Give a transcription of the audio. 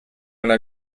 una